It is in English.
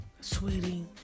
Sweetie